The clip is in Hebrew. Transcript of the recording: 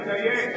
תדייק.